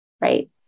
right